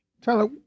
Tyler